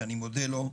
ואני מודה לו,